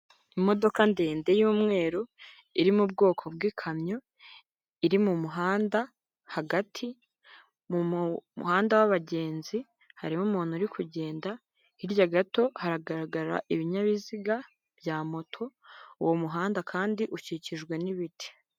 Imodoka ndende y'umweru, iri mu bwoko bw'ikamyo, iri mu muhanda hagati, mu muhanda wa'abagenzi harimo umuntu uri kugenda, hirya gato hagaragara ibinyabiziga bya moto, uwo muhanda kandi ukikijwe n'ibiti.